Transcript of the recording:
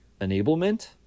enablement